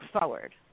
forward